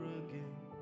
again